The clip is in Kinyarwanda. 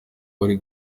bari